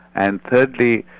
and thirdly,